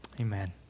amen